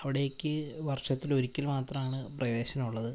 അവിടേക്ക് വര്ഷത്തില് ഒരിക്കല് മാത്രമാണ് പ്രവേശനം ഉള്ളത്